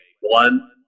one